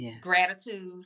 gratitude